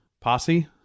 Posse